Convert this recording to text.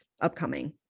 upcoming